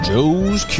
Joe's